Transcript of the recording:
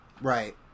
Right